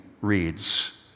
reads